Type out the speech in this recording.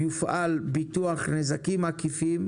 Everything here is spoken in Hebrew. יופעל ביטוח נזקים עקיפים,